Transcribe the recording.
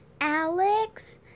Alex